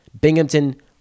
Binghamton